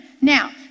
Now